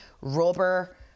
rubber